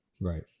right